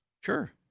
Sure